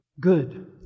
good